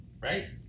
right